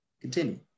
Continue